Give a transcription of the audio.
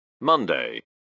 Monday